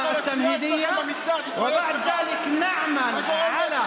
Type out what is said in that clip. אין מתנגדים, אין נמנעים.